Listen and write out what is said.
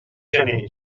gener